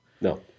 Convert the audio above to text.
No